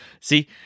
See